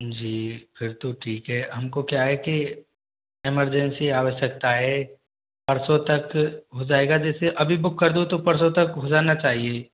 जी फिर तो ठीक है हमको क्या है कि इमरजेंसी आवश्यकता है परसों तक हो जाएगा जैसे अभी बुक कर दूँ तो परसों तक हो जाना चाहिए